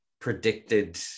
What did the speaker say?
predicted